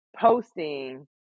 posting